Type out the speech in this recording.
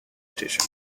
station